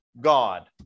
God